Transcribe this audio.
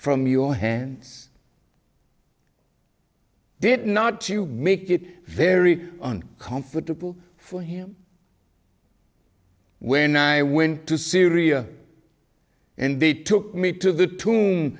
from your hands did not to make it very uncomfortable for him when i went to syria and they took me to the tune